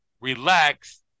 relax